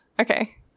Okay